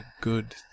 good